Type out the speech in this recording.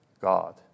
God